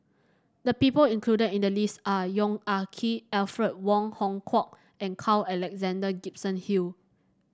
the people included in the list are Yong Ah Kee Alfred Wong Hong Kwok and Carl Alexander Gibson Hill